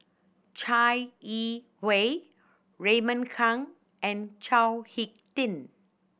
Chai Yee Wei Raymond Kang and Chao Hick Tin